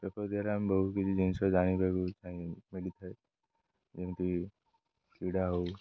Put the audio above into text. paper ଦ୍ୱାରା ଆମେ ବହୁତ କିଛି ଜିନିଷ ଜାଣିବାକୁ ମିଳିଥାଏ ଯେମିତିକ କ୍ରୀଡ଼ା ହଉ